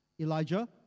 Elijah